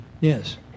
Yes